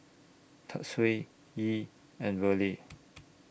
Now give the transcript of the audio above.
Tatsuo Yee and Verle